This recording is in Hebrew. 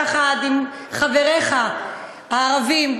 יחד עם חבריך הערבים,